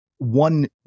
One